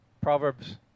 Proverbs